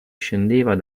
scendeva